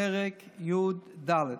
פרק י"ד: